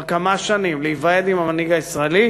כמה שנים להיוועד עם המנהיג הישראלי,